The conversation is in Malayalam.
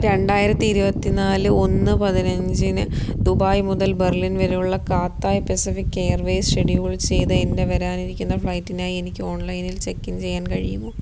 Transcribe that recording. രണ്ടായിരത്തി ഇരുപത്തി നാല് ഒന്ന് പതിനഞ്ചിന് ദുബായ് മുതൽ ബെർലിൻ വരെയുള്ള കാത്തായ് പെസിഫിക് എയർവേയ്സ് ഷെഡ്യൂൾ ചെയ്ത എൻ്റെ വരാനിരിക്കുന്ന ഫ്ലൈറ്റിനായി എനിക്ക് ഓൺലൈനിൽ ചെക്കിൻ ചെയ്യാൻ കഴിയുമോ